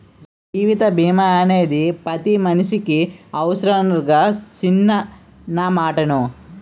జీవిత బీమా అనేది పతి మనిసికి అవుసరంరా సిన్నా నా మాటిను